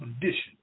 condition